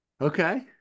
Okay